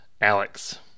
Alex